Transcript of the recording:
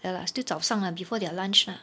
ya lah still 早上 lah before their lunch lah